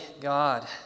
God